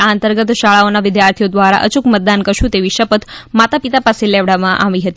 આ અંતર્ગત શાળાઓના વિદ્યાર્થીઓ દ્વારા અયૂક મતદાન કરશું તેવી શપથ માતાપિતા પાસે લેવડાવામાં આવી હતી